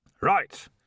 Right